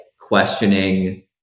questioning